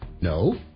No